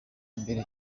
mbere